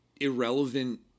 irrelevant